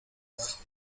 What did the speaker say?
abajo